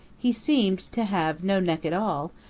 he seemed to have no neck at all,